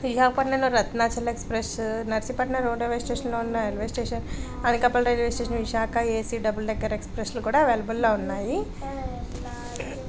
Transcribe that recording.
విశాఖపట్నంలో రత్నాచల్ ఎక్స్ప్రెస్ నర్సీపట్నం రోడవే స్టేషన్లో ఉన్న railway station Anakapalli railway station Visakha AC double decker express కూడా అవైలబుల్లో ఉన్నాయి